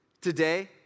today